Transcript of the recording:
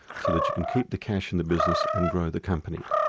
so that you can keep the cash in the business and grow the company.